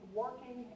working